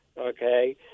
okay